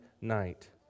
night